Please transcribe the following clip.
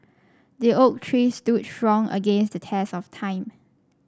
the oak tree stood strong against the test of time